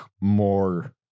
more